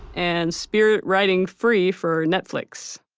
and spirit riding free for netflix